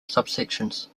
subsections